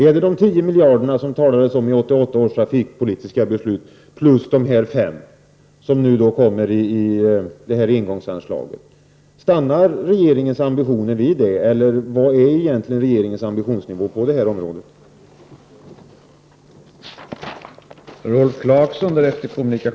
Är det de 10 miljarderna som det talades om i 1988 års trafikpolitiska beslut plus de 5 miljarder som nu kommer i form av ett engångsanslag? Stannar regeringens ambitioner vid det? Eller vilken är egentligen regeringens ambitionsnivå på det här området?